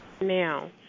Now